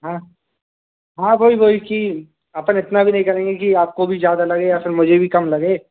हाँ हाँ वही वही कि अपन इतना भी नहीं करेंगे कि आपको भी ज्यादा लगे या फिर मुझे भी कम लगे